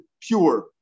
pure